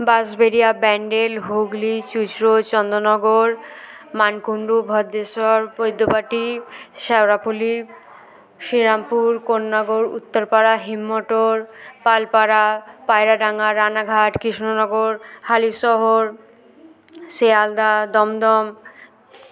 বাঁশবেড়িয়া ব্যান্ডেল হুগলি চুঁচুড়া চন্দননগর মানকুণ্ডু ভদ্রেশ্বর বৈদ্যবাটি শেওড়াফুলি শ্রীরামপুর কোন্নগর উত্তরপাড়া হিন্দমোটর পালপাড়া পায়রাডাঙ্গা রানাঘাট কৃষ্ণনগর হালিশহর শিয়ালদা দমদম